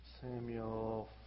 Samuel